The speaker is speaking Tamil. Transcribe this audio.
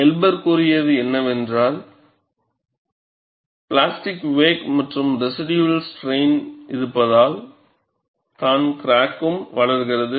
எல்பர் கூறியது என்னவென்றால் பிளாஸ்டிக் வேக் மற்றும் ரெசிடியூவல் ஸ்ட்ரைன் இருப்பதால் தான் கிராக்கும் வளர்கிறது